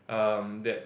um that